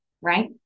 right